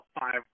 five